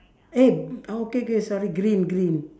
eh okay okay sorry green green